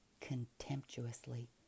contemptuously